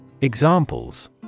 Examples